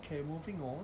okay moving on